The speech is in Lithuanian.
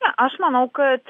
na aš manau kad